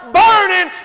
burning